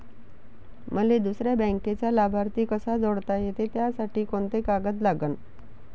मले दुसऱ्या बँकेचा लाभार्थी कसा जोडता येते, त्यासाठी कोंते कागद लागन?